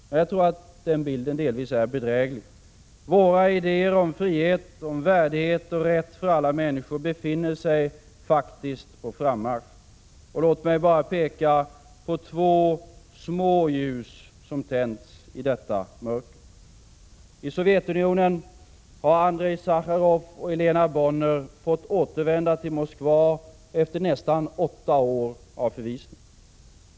Men jag tror att den bilden delvis är bedräglig. Våra idéer om frihet, värdighet och rätt för alla människor befinner sig faktiskt på frammarsch. Låt mig peka på två små ljus som tänts i detta mörker. I Sovjetunionen har Andrej Sacharov och Jelena Bonner fått återvända till Moskva efter nästan åtta år av förvisning.